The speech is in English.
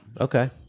okay